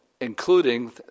including